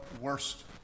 worst